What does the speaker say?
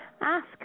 Ask